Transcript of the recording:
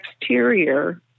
exterior